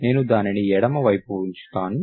నేను దానిని ఎడమ వైపు ఉంచుతాను